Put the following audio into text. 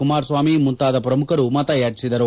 ಕುಮಾರಸ್ಲಾಮಿ ಮುಂತಾದ ಪ್ರಮುಖರು ಮತಯಾಚಿಸಿದರು